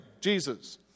Jesus